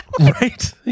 Right